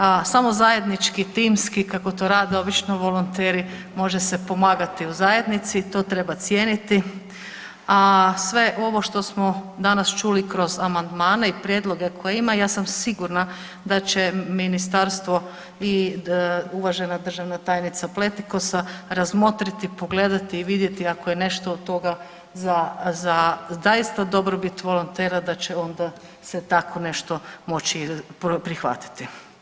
A samo zajednički i timski, kako to rade obično volonteri može se pomagati u zajednici i to treba cijeniti, a sve ovo što smo danas čuli kroz amandmane i prijedloge koje ima, ja sam sigurna da će ministarstvo i uvažena državna tajnica Pletikosa razmotriti, pogledati i vidjeti ako je nešto od toga za, za, zaista dobrobit volontera da će onda se takvo nešto moći i prihvatiti.